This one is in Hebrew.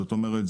זאת אומרת,